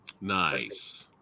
Nice